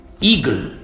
eagle